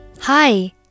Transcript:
Hi